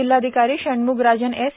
जिल्हाधिकारी षण्मुगराजन एस